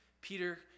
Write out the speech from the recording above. Peter